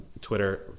Twitter